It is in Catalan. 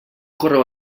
correu